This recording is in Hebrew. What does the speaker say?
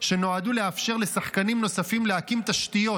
שנועדו לאפשר לשחקנים נוספים להקים תשתיות,